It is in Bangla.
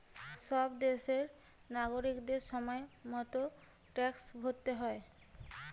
সব দেশেরই নাগরিকদের সময় মতো ট্যাক্স ভরতে হয়